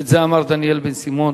את זה אמר דניאל בן-סימון,